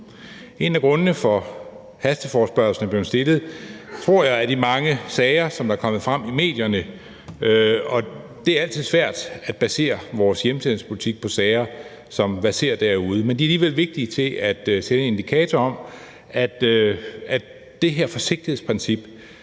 En af grundene til, at hasteforespørgslen er blevet stillet, tror jeg, er de mange sager, som der er kommet frem i medierne, og det er altid svært at basere vores hjemsendelsespolitik på sager, som verserer derude, men de er alligevel vigtige til at sende en indikator om, at det her forsigtighedsprincip,